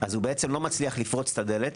הוא לא מצליח לפרוץ את הדלת,